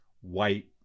white